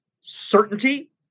certainty